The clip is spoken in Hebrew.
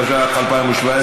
התשע"ח 2017,